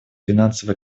финансово